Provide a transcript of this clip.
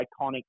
iconic